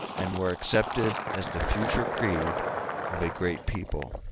and were accepted as the future creed of a great people.